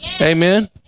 Amen